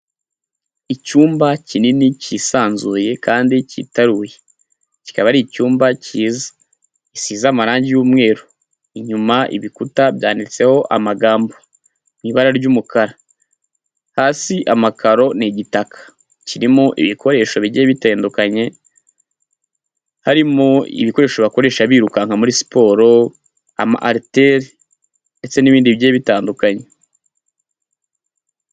Icyumba kinini cyisanzuye kandi cyitaruye, kikaba ari icyumba cyiza, gisize amarangi y'umweru, inyuma ibikuta byanditseho amagambo mu ibara ry'umukara, hasi amakaro ni igitaka, kirimo ibikoresho bigiye bitandukanye, harimo ibikoresho bakoresha birukanka muri siporo, ama ariteri ndetse n'ibindi bigiye bitandukanye.